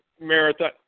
marathon